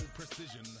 precision